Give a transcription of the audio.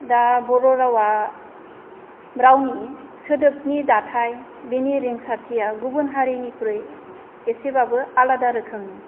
दा बर' रावा रावनि सोदोबनि दाथाय बेनि रिंसारथिया गुबुन हारिनिख्रुइ एसेबाबो आलादा रोखोमनि